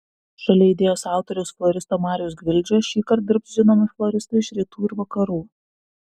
šalia idėjos autoriaus floristo mariaus gvildžio šįkart dirbs žinomi floristai iš rytų ir vakarų